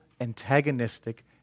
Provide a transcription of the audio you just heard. antagonistic